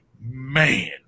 man